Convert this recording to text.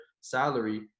salary